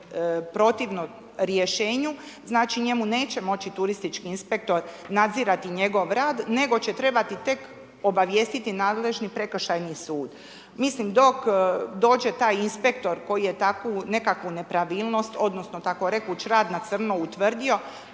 protivno Rješenju, znači njemu neće moći turistički inspektor nadzirati njegov rad, nego će trebati tek obavijestiti nadležni prekršajni sud. Mislim, dok dođe taj inspektor koji je takvu nekakvu nepravilnost odnosno tako rekuć rad na crno utvrdio,